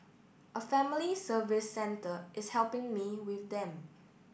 a family service centre is helping me with them